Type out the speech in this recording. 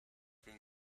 been